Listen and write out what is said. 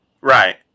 Right